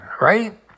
right